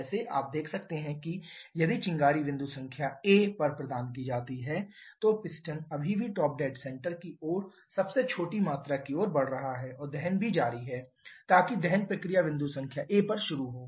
जैसे आप देख सकते हैं कि यदि चिंगारी बिंदु संख्या a पर प्रदान की जाती है तो पिस्टन अभी भी टॉप डेड सेंटर की ओर सबसे छोटी मात्रा की ओर बढ़ रहा है और दहन भी जारी है ताकि दहन प्रक्रिया बिंदु संख्या a पर शुरू हो